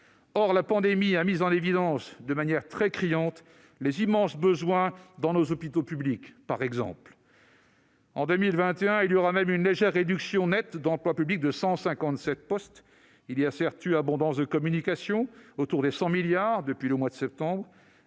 Or la pandémie a mis en évidence de manière très criante les immenses besoins dans nos hôpitaux publics, par exemple. En 2021, il y aura même une légère réduction nette d'emplois publics, avec 157 postes en moins. Certes, la communication autour des 100 milliards d'euros a été